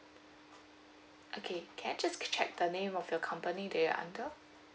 okay can I just check the name of your company that you're under